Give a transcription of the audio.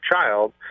child